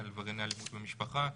עברייני אלימות במשפחה,